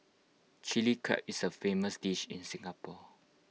Chilli Crab is A famous dish in Singapore